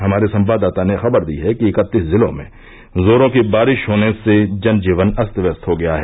हमारे संवाददाता ने खबर दी है कि इकतीस जिलों में जोरों की बारिश होने से जनजीवन अस्त व्यस्त हो गया है